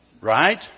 right